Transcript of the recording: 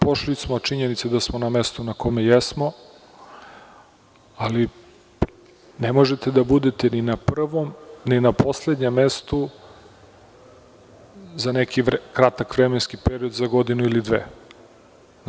Pošli smo od činjenice da smo na mestu na kome jesmo, ali ne možete da budete ni na prvom ni na poslednjem mestu za neki kratak vremenski period, za godinu ili dve.